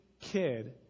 kid